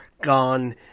gone